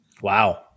Wow